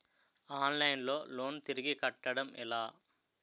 Online లో loan తిరిగి కట్టడం ఎలా?